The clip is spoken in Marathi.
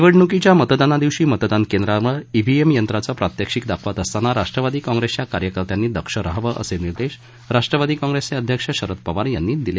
निवडण्कीच्या मतदानादिवशी मतदान केंद्रावर ईव्हीएम यंत्राचं प्रात्यक्षिक दाखवत असताना राष्ट्रवादी काँग्रेसच्या कार्यकर्त्यांनी दक्ष राहावं असे निर्देश राष्ट्रवादी काँग्रेसचे अध्यक्ष शरद पवार यांनी दिले